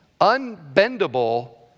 unbendable